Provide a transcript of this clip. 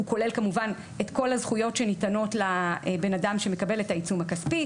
הוא כולל כמובן את כל הזכויות שניתנות לבן אדם שמקבל את העיצום הכספי.